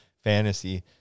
fantasy